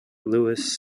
lewis